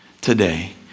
today